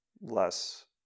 less